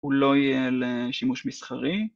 ‫הוא לא יהיה לשימוש מסחרי.